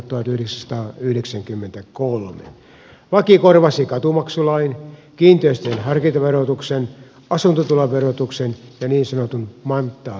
laki korvasi katumaksulain kiinteistöjen harkintaverotuksen asuntotuloverotuksen ja niin sanotun manttaalimaksun